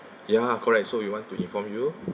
ya correct so we want to inform you